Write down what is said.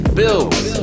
bills